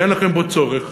ואין לכם בו צורך,